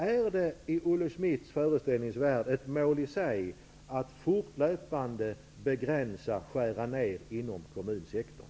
Är det i Olle Schmidts föreställningsvärld ett mål i sig att fortlöpande begränsa och skära ned inom kommunsektorn?